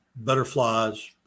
butterflies